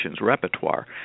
repertoire